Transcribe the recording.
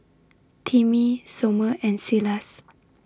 Timmy Somer and Silas